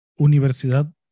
Universidad